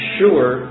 sure